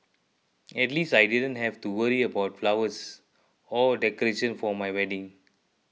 at least I didn't have to worry about flowers or decoration for my wedding